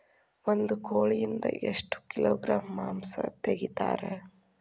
ಒಂದು ಕೋಳಿಯಿಂದ ಎಷ್ಟು ಕಿಲೋಗ್ರಾಂ ಮಾಂಸ ತೆಗಿತಾರ?